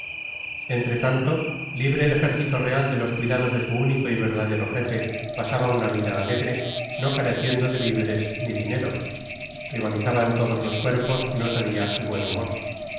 entretanto libre el ejército real de los cuidados de su único y verdadero jefe pasaba una vida alegre no careciendo de viveres ni dinero rivalizaban todos los cuerpos en osadia y buen humor